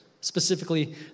Specifically